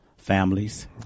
Families